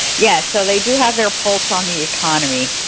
yes. so they do have their pulse on the economy.